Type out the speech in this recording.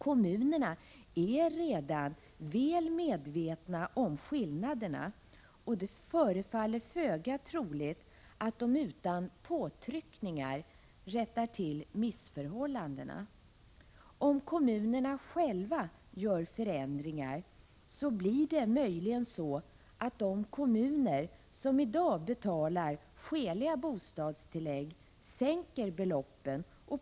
Kommunerna är redan väl medvetna om skillnaderna, och det förefaller föga troligt att de utan påtryckningar rättar till missförhållandena. Om kommunerna själva gör förändringar blir det möjligen så, att de kommuner som i dag betalar skäliga bostadstillägg sänker beloppen.